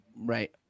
right